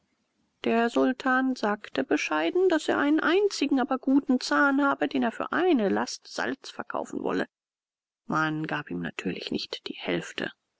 der sultan sagte bescheiden daß er einen einzigen aber guten zahn habe den er für eine last salz verkaufen wolle man gab ihm natürlich nicht die hälfte